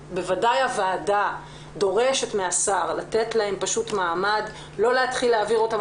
הוועדה דורשת מהשר לתת להן מעמד ולא להתחיל להעביר אותן